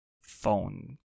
phone